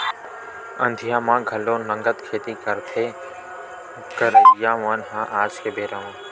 अंधिया म घलो नंगत खेती करथे करइया मन ह आज के बेरा म